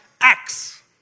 acts